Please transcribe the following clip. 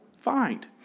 find